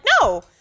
no